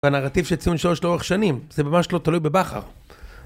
הנרטיב של ציון שלוש לאורך שנים, זה ממש לא תלוי בבכר.